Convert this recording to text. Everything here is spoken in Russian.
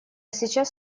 сейчас